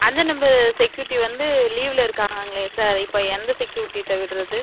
அஞ்சாம் number security வந்து லீவ்ல இருக்காங்கங்களே சார் இப்போ எந்த செக்யூரூட்டிட்ட விடுறது